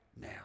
now